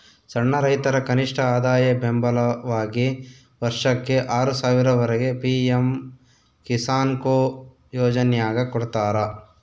ಸಣ್ಣ ರೈತರ ಕನಿಷ್ಠಆದಾಯ ಬೆಂಬಲವಾಗಿ ವರ್ಷಕ್ಕೆ ಆರು ಸಾವಿರ ವರೆಗೆ ಪಿ ಎಂ ಕಿಸಾನ್ಕೊ ಯೋಜನ್ಯಾಗ ಕೊಡ್ತಾರ